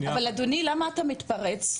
אדוני, למה אתה מתפרץ?